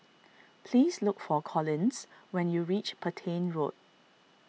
please look for Collins when you reach Petain Road